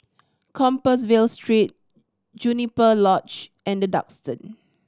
Compassvale Street Juniper Lodge and The Duxton